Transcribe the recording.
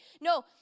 No